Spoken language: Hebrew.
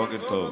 בוקר טוב.